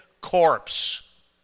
corpse